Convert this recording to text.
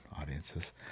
audiences